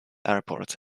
airports